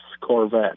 Corvette